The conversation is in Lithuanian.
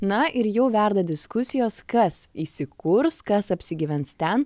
na ir jau verda diskusijos kas įsikurs kas apsigyvens ten